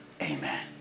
amen